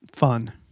fun